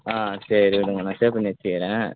ஆ சரி விடுங்க நான் சேவ் பண்ணி வச்சிக்கிறேன்